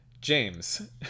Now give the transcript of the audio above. james